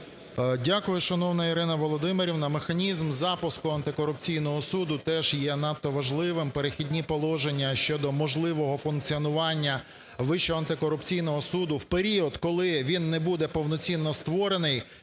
Дякую, шановна Ірино Володимирівно. Механізм запуску антикорупційного суду теж є надто важливим. "Перехідні положення" щодо можливого функціонування Вищого антикорупційного суду в період, коли він не буде повноцінно створений,